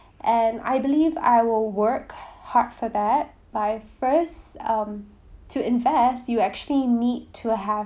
and I believe I will work hard for that but first um to invest you actually need to have